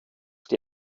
die